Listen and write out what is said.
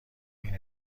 این